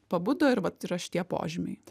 pabudo ir vat yra šitie požymiai